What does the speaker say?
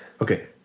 Okay